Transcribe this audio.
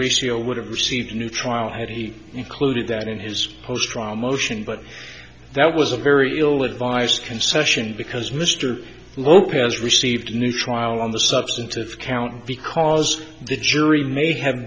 serial would have received a new trial had he included that in his post trial motion but that was a very ill advised concession because mr lopez received a new trial on the substantive count because the jury may have